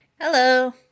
Hello